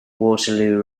waterloo